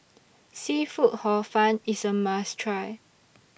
Seafood Hor Fun IS A must Try